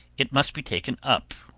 it must be taken up,